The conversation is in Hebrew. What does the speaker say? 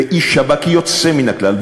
ואיש שב"כ יוצא מן הכלל,